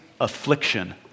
affliction